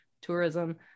tourism